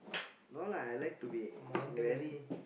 no lah I like to be very